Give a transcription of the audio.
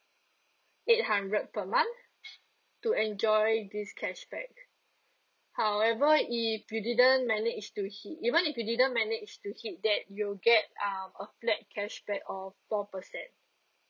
eight hundred per month to enjoy this cashback however if you didn't manage to hit even if you didn't manage to hit that you'll get uh a flat cashback of four percent